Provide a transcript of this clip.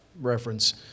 reference